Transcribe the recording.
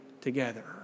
together